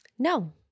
No